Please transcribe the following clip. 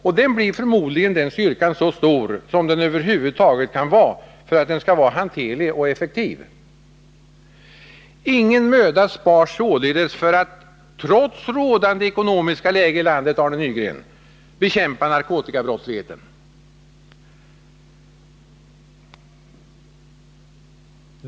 Och den styrkan blir förmodligen så stor som den över huvud taget kan vara för att den skall vara hanterlig och effektiv. Ingen möda sparas således, Arne Nygren, för att — trots det ekonomiska läge som råder i landet — bekämpa narkotikabrottsligheten.